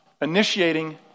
initiating